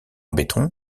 béton